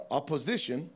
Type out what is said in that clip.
opposition